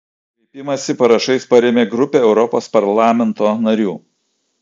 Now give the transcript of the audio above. kreipimąsi parašais parėmė grupė europos parlamento narių